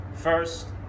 first